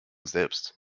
selbst